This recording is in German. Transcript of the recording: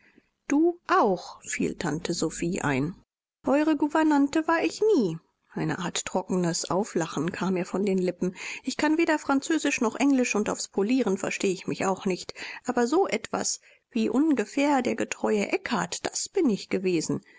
du auch fiel tante sophie ein eure gouvernante war ich nie eine art trockenen auflachens kam ihr von den lippen ich kann weder französisch noch englisch und aufs polieren verstehe ich mich auch nicht aber so etwas wie ungefähr der getreue eckard das bin ich gewesen